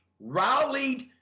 rallied